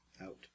out